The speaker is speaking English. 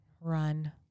run